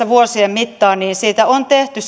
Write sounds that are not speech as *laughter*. *unintelligible* vuosien mittaan tehty *unintelligible*